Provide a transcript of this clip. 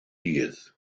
dydd